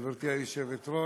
גברתי היושבת-ראש,